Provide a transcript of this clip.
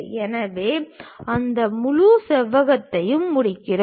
எனவே அந்த முழு செவ்வகத்தையும் முடிக்கிறோம்